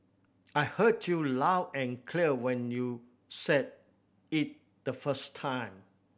I heard you loud and clear when you said it the first time